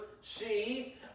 See